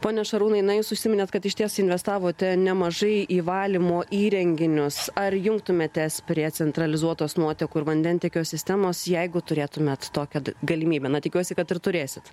pone šarūnai na jūs užsiminėt kad išties investavote nemažai į valymo įrenginius ar jungtumėtės prie centralizuotos nuotekų ir vandentiekio sistemos jeigu turėtumėt tokią galimybę na tikiuosi kad ir turėsit